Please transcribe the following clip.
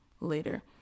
later